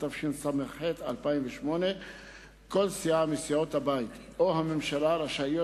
התשס”ח 2008. כל סיעה מסיעות הבית או הממשלה רשאית,